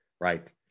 right